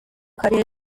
karere